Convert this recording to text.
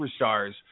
superstars